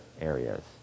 areas